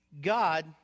God